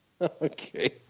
Okay